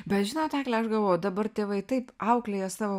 bet žinot egle aš galvoju dabar tėvai taip auklėja savo